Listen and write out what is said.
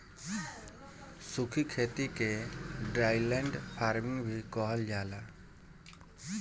सूखी खेती के ड्राईलैंड फार्मिंग भी कहल जाला